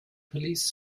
police